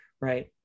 right